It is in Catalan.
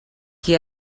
qui